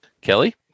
Kelly